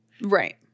Right